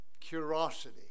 curiosity